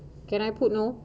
can I put no